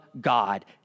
God